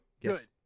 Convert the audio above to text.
Yes